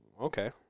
Okay